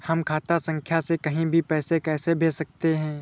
हम खाता संख्या से कहीं भी पैसे कैसे भेज सकते हैं?